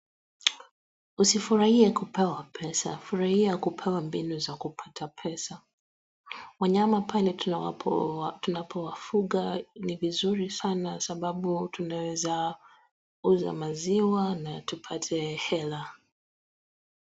Usifurahie kupewa pesa, furahia kupewa mbinu za kupata pesa. Wanyama pale tunapofuga ni vizuri sana sababu tunaweza uza maziwa na tupate hela.